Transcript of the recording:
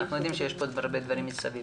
אנחנו יודעים שיש פה עוד הרבה דברים מסביב.